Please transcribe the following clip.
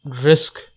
risk